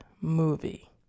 movie